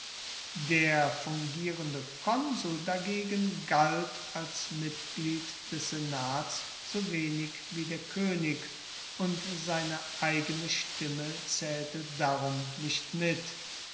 der fungierende konsul dagegen galt als mitglied des senats so wenig wie der koenig und seine eigene stimme zaehlte darum nicht mit